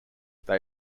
they